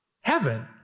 Heaven